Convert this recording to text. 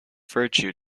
virtue